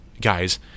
guys